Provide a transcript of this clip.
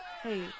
Hey